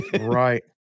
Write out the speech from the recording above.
Right